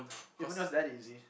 even though it's that easy